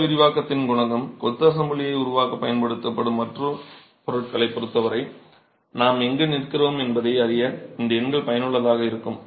வெப்ப விரிவாக்கத்தின் குணகம் கொத்து அசெம்பிளியை உருவாக்கப் பயன்படுத்தப்படும் மற்ற பொருட்களைப் பொறுத்தவரை நாம் எங்கு நிற்கிறோம் என்பதை அறிய இந்த எண்கள் பயனுள்ளதாக இருக்கும்